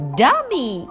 dummy